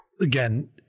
Again